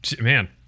Man